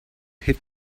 hit